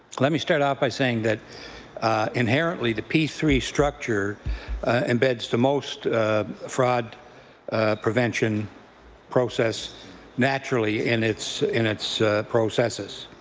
let me start off by saying that inherently the p three structure embeds the most fraud prevention process naturally in its in its processes.